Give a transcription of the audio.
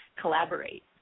collaborate